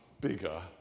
bigger